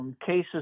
Cases